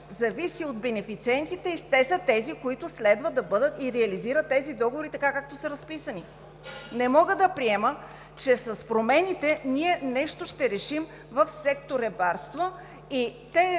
зависи от бенефициентите и те са тези, които следва да реализират тези договори, така както са разписани. Не мога да приема, че с промените нещо ще решим в сектор „Рибарство“ и,